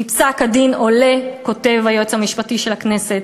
מפסק-הדין עולה", כותב היועץ המשפטי לכנסת,